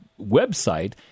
website